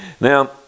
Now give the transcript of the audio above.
Now